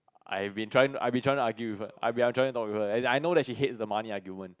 I've been trying I've been trying to argue with her I've been trying talk to her I know she hates the money argument